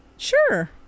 sure